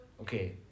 Okay